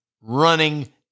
Running